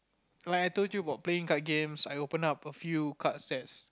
like I told you about playing card games I opened up a few card sets